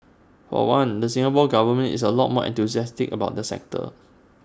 for one the Singapore Government is A lot more enthusiastic about the sector